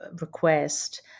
request